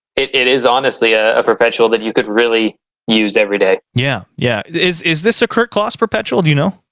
it it is honestly ah a perpetual that you could really use every day yeah yeah is is this a curt class perpetual you know